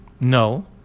No